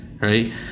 right